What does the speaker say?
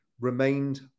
remained